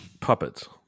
Puppets